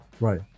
Right